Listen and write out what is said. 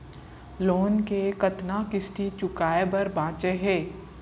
Loan के कतना किस्ती चुकाए बर बांचे हे?